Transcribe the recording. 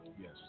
Yes